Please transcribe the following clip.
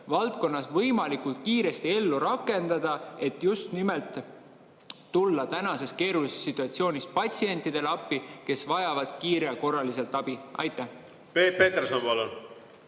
valdkonnas võimalikult kiiresti ellu rakendada, et just nimelt tulla tänases keerulises situatsioonis patsientidele appi, kes vajavad kiirelt korralist abi? Peep